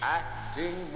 acting